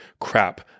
crap